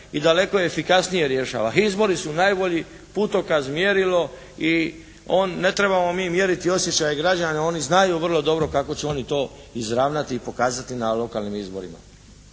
i daleko efikasnije rješava. Izbori su najbolji putokaz, mjerilo i on, ne trebamo mi mjerili osjećaje građana, oni znaju vrlo dobro kako će oni to izravnati i pokazati na lokalnim izborima.